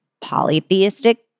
polytheistic